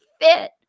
fit